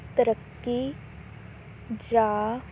ਤਰੱਕੀ ਜਾਂ